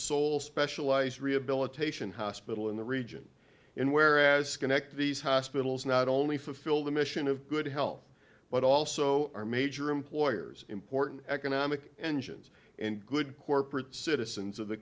sole specialized rehabilitation hospital in the region in whereas connect these hospitals not only fulfill the mission of good health but also our major employers important economic engines and good corporate citizens of the